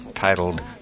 Titled